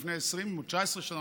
לפני כ-19 שנה,